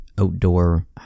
outdoor